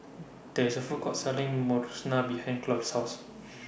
There IS A Food Court Selling Monsunabe behind Claude's House